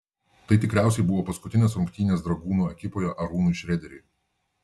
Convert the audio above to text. tai tikriausiai buvo paskutinės rungtynės dragūno ekipoje arūnui šrederiui